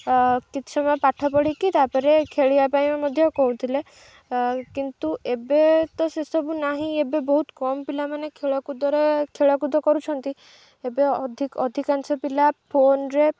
କିଛି ସମୟ ପାଠ ପଢ଼ିକି ତାପରେ ଖେଳିବା ପାଇଁ ମଧ୍ୟ କହୁଥିଲେ କିନ୍ତୁ ଏବେ ତ ସେସବୁ ନାହିଁ ଏବେ ବହୁତ କମ୍ ପିଲାମାନେ ଖେଳକୁଦରେ ଖେଳକୁଦ କରୁଛନ୍ତି ଏବେ ଅଧିକ ଅଧିକାଂଶ ପିଲା ଫୋନ୍ରେ